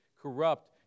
corrupt